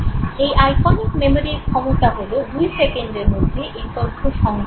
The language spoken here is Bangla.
এই আইকনিক মেমোরির ক্ষমতা হল দুই সেকেন্ডের মধ্যে এই তথ্য সংগ্রহ করা